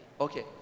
Okay